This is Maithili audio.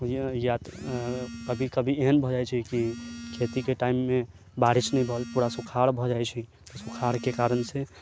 बाकी कभी एहन भऽ जाइ छै कि खेतीके टाइममे बारिश नहि भेल पूरा सुखार भऽ जाइ छै तऽ सुखारके कारणसँ